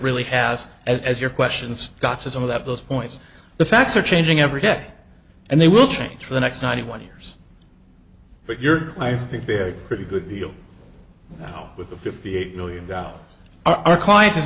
really has as your questions got to some of that those points the facts are changing every day and they will change for the next ninety one years but your i think very pretty good deal with the fifty eight million dollars our client is